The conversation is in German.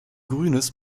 grünes